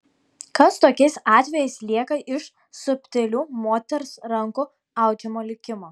kas tokiais atvejais lieka iš subtilių moters rankų audžiamo likimo